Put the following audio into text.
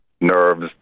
Nerves